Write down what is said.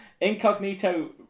Incognito